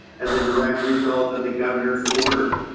as a direct result of the governor's order.